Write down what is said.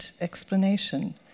explanation